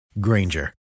Granger